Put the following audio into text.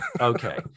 Okay